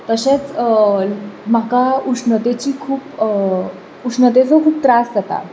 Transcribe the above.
तशेंच म्हाका उश्णतेची खूब उश्णतेचो खूब त्रास जाता